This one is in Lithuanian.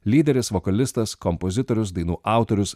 lyderis vokalistas kompozitorius dainų autorius